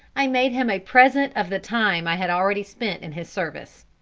i made him a present of the time i had already spent in his service,